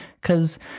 Cause